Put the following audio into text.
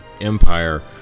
Empire